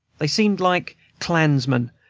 they seemed like clansmen,